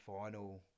final